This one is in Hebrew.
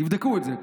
תבדקו את זה,